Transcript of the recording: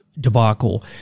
debacle